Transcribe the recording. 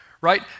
right